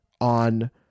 on